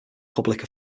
public